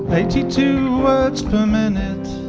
eighty two words per minute